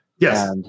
Yes